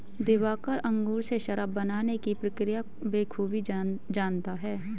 दिवाकर अंगूर से शराब बनाने की प्रक्रिया बखूबी जानता है